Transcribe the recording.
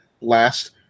last